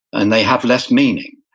and they have less meaning,